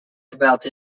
developed